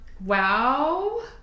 Wow